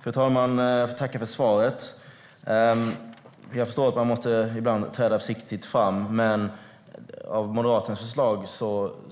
Fru talman! Jag får tacka för svaret. Jag förstår att man ibland måste träda försiktigt fram. Men av Moderaternas förslag